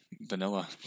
vanilla